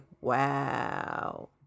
wow